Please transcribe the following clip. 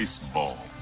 baseball